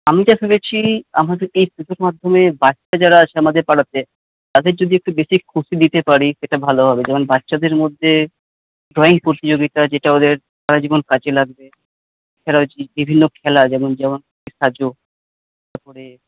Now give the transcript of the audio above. আমি তো শুনেছি আমাদের এই পুজোর মাধ্যমে বাচ্চা যারা আছে আমাদের পাড়াতে তাদের যদি একটু বেশি খুশি দিতে পারি সেটা ভালো হবে যেমন বাচ্চাদের মধ্যে ড্রয়িং প্রতিযোগিতা যেটা ওদের সারাজীবন কাজে লাগবে এরা হচ্ছে বিভিন্ন খেলা যেমন যেমনখুশি সাজো তারপরে